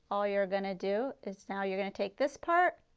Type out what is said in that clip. all you are going to do is now you are going to take this part,